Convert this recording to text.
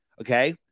Okay